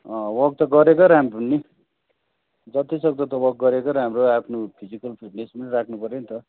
अँ वक त गरेकै राम्रो नि जति सक्दो त वक गरेकै राम्रो आफ्नो फिजिकल फिटनेस पनि राख्नु पर्यो नि त